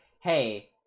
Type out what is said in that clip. hey